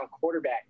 quarterback